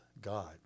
God